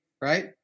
right